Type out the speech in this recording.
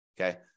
Okay